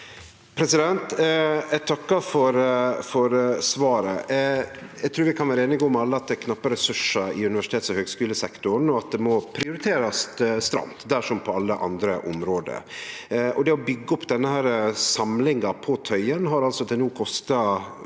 Eg takkar for svar- et. Eg trur vi alle kan vere einige om at det er knappe ressursar i universitets- og høgskulesektoren, og at det må prioriterast stramt der som på alle område. Det å byggje opp denne samlinga på Tøyen har altså til no kosta